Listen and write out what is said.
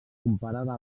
comparada